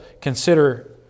consider